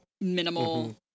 minimal